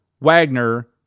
Wagner